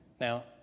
Now